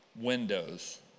windows